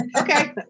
okay